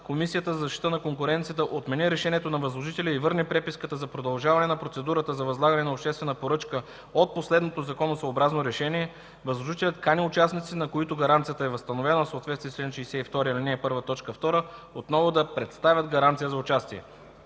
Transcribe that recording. Комисията за защита на конкуренцията отмени решението на възложителя и върне преписката за продължаване на процедурата за възлагане на обществена поръчка от последното законосъобразно решение, възложителят кани участниците, на които гаранцията е възстановена в съответствие с чл. 62, ал. 1, т. 2, отново да представят гаранция за участие.